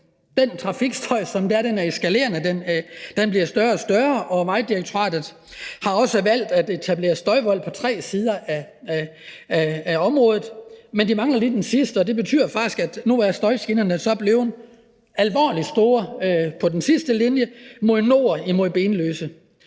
den bliver større og større. Og Vejdirektoratet har også valgt at etablere støjvolde på tre sider af området, men de mangler lige det sidste. Og det betyder faktisk, at støjgenerne nu er blevet alvorligt store på den sidste linje mod nord, mod Benløse.